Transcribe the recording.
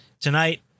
tonight